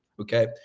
Okay